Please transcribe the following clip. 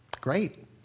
great